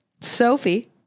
Sophie